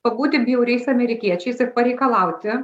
pabūti bjauriais amerikiečiais ir pareikalauti